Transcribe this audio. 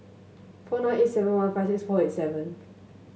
four nine eight seven one five six four eight seven